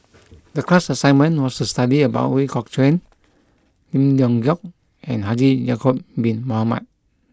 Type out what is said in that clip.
the class assignment was to study about Ooi Kok Chuen Lim Leong Geok and Haji Ya'Acob bin Mohamed